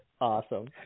Awesome